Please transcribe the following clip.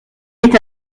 est